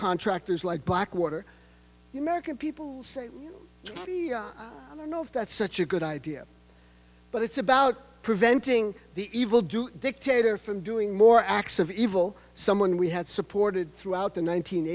contractors like blackwater you merican people say i don't know if that's such a good idea but it's about preventing the evil jew dictator from doing more acts of evil someone we had supported throughout the nine